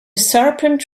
serpent